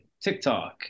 TikTok